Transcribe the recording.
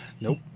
Nope